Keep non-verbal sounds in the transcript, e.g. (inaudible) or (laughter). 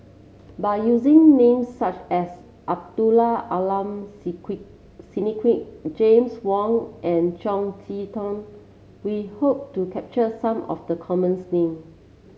by using names such as Abdul Aleem (unintelligible) Siddique James Wong and Chong Tze Chien we hope to capture some of the commons name